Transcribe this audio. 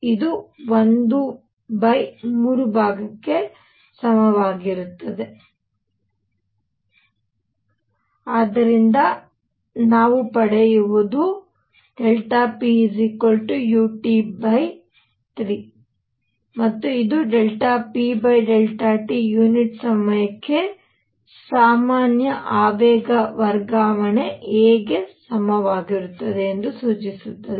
ಇದು 13 ಭಾಗಕ್ಕೆ ಸಮವಾಗಿರುತ್ತದೆ ಆದ್ದರಿಂದ ನಾನು ಪಡೆಯುವುದುp ut 3 ಮತ್ತು ಇದು pt ಯುನಿಟ್ ಸಮಯಕ್ಕೆ ಸಾಮಾನ್ಯ ಆವೇಗ ವರ್ಗಾವಣೆಗೆ a ಸಮಾನವಾಗಿರುತ್ತದೆ ಎಂದು ಸೂಚಿಸುತ್ತದೆ